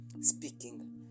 speaking